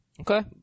Okay